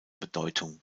bedeutung